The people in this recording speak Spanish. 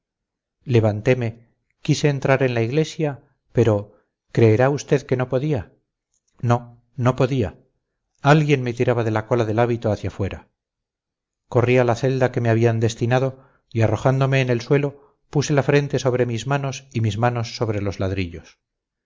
levanteme quise entrar en la iglesia pero creerá usted que no podía no no podía alguien me tiraba de la cola del hábito hacia afuera corrí a la celda que me habían destinado y arrojándome en el suelo puse la frente sobre mis manos y mis manos sobre los ladrillos